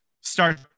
start